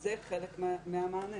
זה חלק מהמענה.